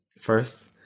first